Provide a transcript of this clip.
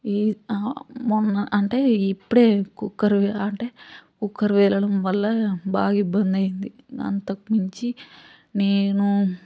ఈ ఆ మొన్న అంటే ఇప్పుడే కుక్కర్ పే అంటే కుక్కర్ పేలడం వల్ల బాగా ఇబ్బంది అయింది అంతకు మించి నేను